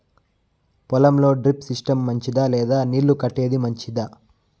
పొలం లో drip system మంచిదా లేదా నీళ్లు కట్టేది మంచిదా?